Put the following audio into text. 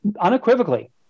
unequivocally